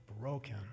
broken